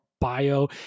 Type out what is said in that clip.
bio